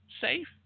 safe